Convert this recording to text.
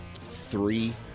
Three